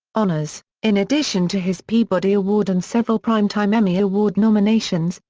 honors in addition to his peabody award and several primetime emmy award nominations,